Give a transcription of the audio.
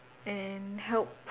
and help